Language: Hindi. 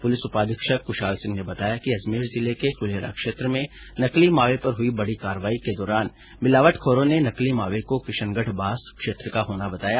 पुलिस उपाधीक्षक कुशाल सिंह ने बताया कि अजमेर जिले के फुलेरा क्षेत्र में नकली मावे पर हुई बड़ी कार्रवाई के दौरान मिलावट खोरों ने नकली मावे को किशनगढबास क्षेत्र का होना बताया